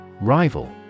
Rival